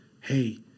hey